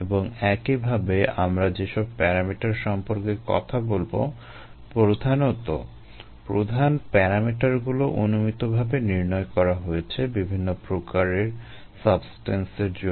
এবং একইভাবে আমরা যেসব প্যারামিটার সম্পর্কে কথা বলবো প্রধানত প্রধান প্যারামিটারগুলো অনুমিতভাবে নির্ণয় করা হয়েছে বিভিন্ন প্রকারের সাবস্টেন্সের জন্য